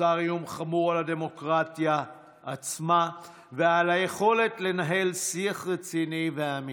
נוצר איום חמור על הדמוקרטיה עצמה ועל היכולת לנהל שיח רציני ואמיתי.